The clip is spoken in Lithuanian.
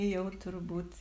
jau turbūt